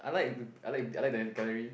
I like I like I like the gallery